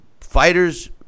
fighters